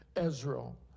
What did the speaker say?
Israel